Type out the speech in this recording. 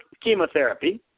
chemotherapy